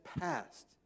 passed